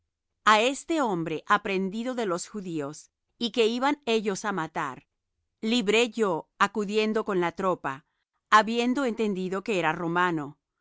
a este hombre aprehendido de los judíos y que iban ellos á matar libré yo acudiendo con la tropa habiendo entendido que era romano